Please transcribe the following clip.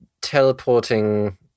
teleporting